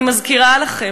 אני מזכירה לכם,